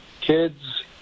kids